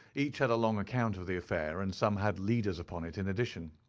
each had a long account of the affair, and some had leaders upon it in addition.